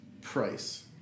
Price